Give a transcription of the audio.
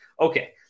Okay